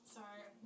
Sorry